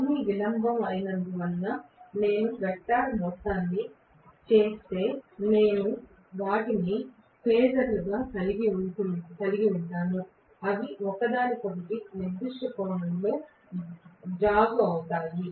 అవన్నీ విలంబం అయినందున నేను వెక్టర్ మొత్తాన్ని చేస్తే నేను వాటిని ఫేజర్లుగా కలిగి ఉంటాను అవి ఒకదానికొకటి నిర్దిష్ట కోణంలో జాగు అవుతాయి